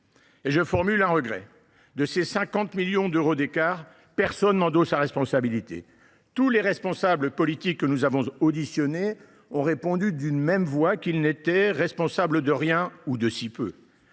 aussi un regret : de ces 50 milliards d’euros d’écart, personne n’endosse la responsabilité. Tous les responsables politiques que nous avons auditionnés ont répondu d’une même voix qu’ils n’étaient responsables de rien, ou de si peu,